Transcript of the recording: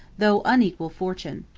though unequal fortune.